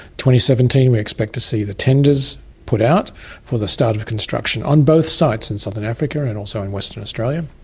seventeen, we expect to see the tenders put out for the start of construction on both sites, in southern africa and also in western australia.